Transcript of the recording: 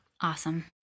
Awesome